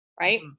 right